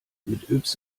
mit